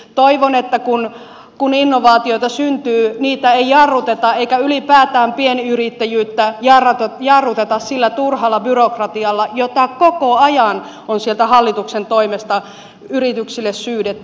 toivon että kun innovaatioita syntyy niitä ei jarruteta eikä ylipäätään pienyrittäjyyttä jarruteta sillä turhalla byrokratialla jota koko ajan on sieltä hallituksen toimesta yrityksille syydetty